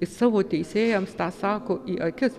jis savo teisėjams tą sako į akis